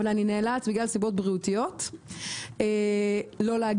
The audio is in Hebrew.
אבל אני נאלץ בגלל סיבות בריאותיות לא להגיע,